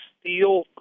steel